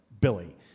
Billy